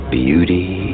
beauty